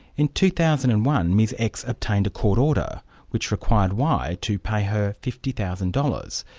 in two thousand and one ms x obtained a court order which required y to pay her fifty thousand dollars.